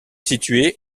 situé